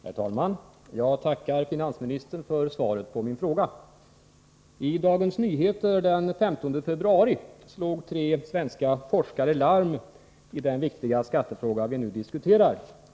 Herr talman! Jag tackar finansministern för svaret på min fråga. I Dagens Nyheter den 15 februari slog tre svenska forskare larm i den viktiga skattefråga som vi nu diskuterar.